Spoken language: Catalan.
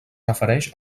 refereix